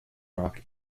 rock